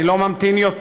אני לא ממתין יותר.